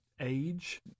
age